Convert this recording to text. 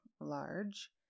large